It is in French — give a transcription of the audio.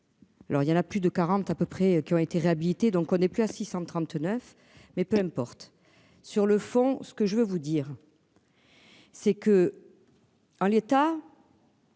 Alors il y en a plus de 40 à peu près qui ont été réhabilitées, donc on n'est plus à 639 mais peu importe. Sur le fond, ce que je veux vous dire. C'est que. En l'état.